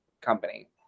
company